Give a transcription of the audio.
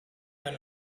that